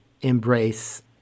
embrace